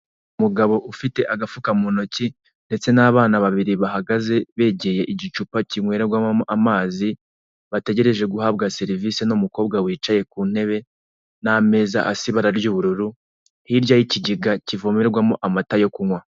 Umugabo ufite agafuka mu ntoki, ndetse n'abana babiri bahagaze, begereye igicupa kinywererwamo amazi bategereje, guhabwa serivise n'umukobwa wicaye ku ntebe, n'ameza asa ibara ry'ubururu, hirya y'ikigega kivomerwamo amata yo kunywa.